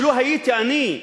שלו הייתי אני,